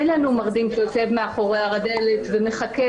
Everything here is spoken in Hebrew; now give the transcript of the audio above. אין לנו מרדים שיושב מאחורי הדלת ומחכה